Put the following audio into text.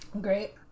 Great